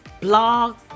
blog